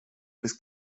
bis